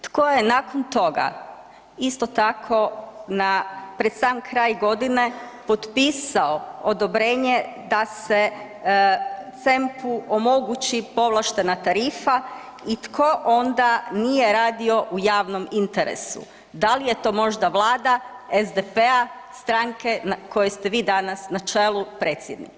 Tko je nakon toga isto tako na, pred sam kraj godine potpisao odobrenje da se CEMP-u omogući povlaštena tarifa i tko onda nije radio u javnom interesu, da li je to možda vlada SDP-a, stranke kojoj ste vi danas na čelu, predsjednik.